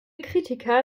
kritiker